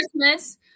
Christmas